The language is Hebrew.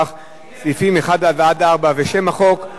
סעיפים 1 4 ושם החוק עברו.